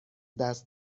دست